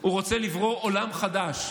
הוא רוצה לברוא עולם חדש.